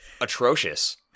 atrocious